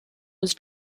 was